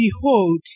behold